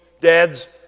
Dads